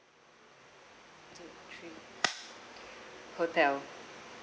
two three hotel